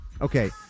Okay